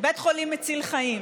בית חולים מציל חיים.